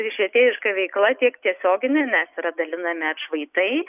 ir švietėjiška veikla tiek tiesioginė nes yra dalinami atšvaitai